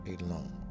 alone